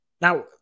now